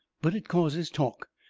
but it causes talk.